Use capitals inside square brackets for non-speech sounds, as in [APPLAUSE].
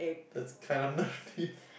that's kinda [BREATH] nerdy